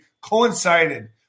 coincided